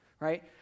Right